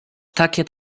takie